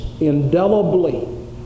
indelibly